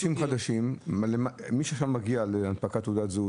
מי שעכשיו מגיע להנפקת תעודת זהות,